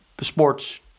sports